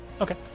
Okay